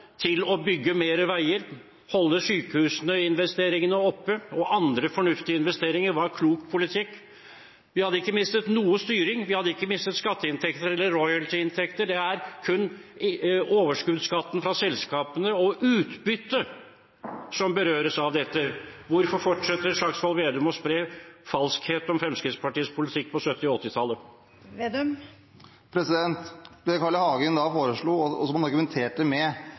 til å bygge mer vei, holde sykehusinvesteringer og andre fornuftige investeringer oppe, var klok politikk. Vi hadde ikke mistet noe styring, ikke mistet skatteinntekter eller royalty-inntekter. Det er kun overskuddsskatten fra selskapene og utbyttet som ville blitt berørt av dette. Hvorfor fortsetter Slagsvold Vedum å spre falskhet om Fremskrittspartiets politikk på 1970- og 1980-tallet? Det Carl I. Hagen foreslo og argumenterte med